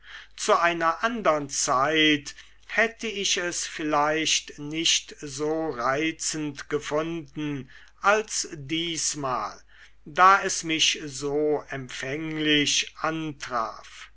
zu einer andern zeit hätte ich es vielleicht nicht so reizend gefunden als diesmal da es mich so empfänglich antraf